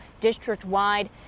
district-wide